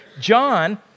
John